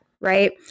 right